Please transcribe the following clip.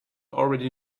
already